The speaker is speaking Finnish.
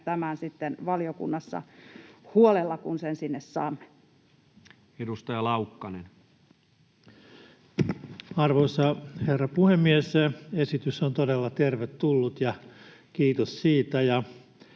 sitten valiokunnassa huolella, kun sen sinne saamme. Edustaja Laukkanen. Arvoisa herra puhemies! Esitys on todella tervetullut, ja kiitos siitä.